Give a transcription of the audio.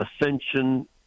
ascension